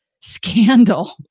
scandal